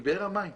מבאר המים.